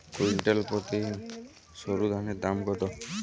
Quintal প্রতি সরুধানের দাম কত?